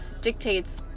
dictates